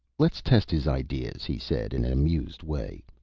let's test his ideas, he said, in an amused way.